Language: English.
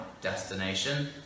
destination